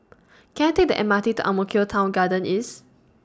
Can I Take The M R T to Ang Mo Kio Town Garden East